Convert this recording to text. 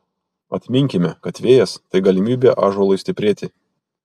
atminkime kad vėjas tai galimybė ąžuolui stiprėti